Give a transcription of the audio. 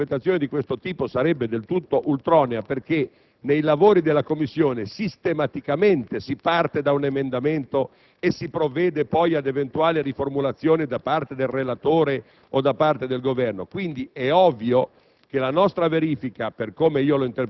aspetto. Peraltro, un'interpretazione di questo tipo sarebbe del tutto ultronea, perché nei lavori della Commissione sistematicamente si parte da un emendamento e si provvede poi ad eventuali riformulazioni da parte del relatore o del Governo. Quindi, è ovvio